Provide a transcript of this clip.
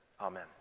amen